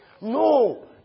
No